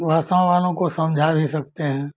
भाषाओं वाले को समझा भी सकते हैं